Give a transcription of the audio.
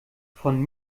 von